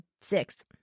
six